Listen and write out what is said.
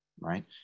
Right